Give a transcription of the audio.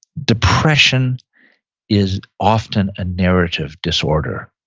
depression is often a narrative disorder.